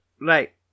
Right